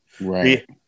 Right